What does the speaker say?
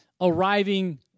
arriving